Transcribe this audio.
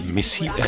Missy